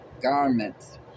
garments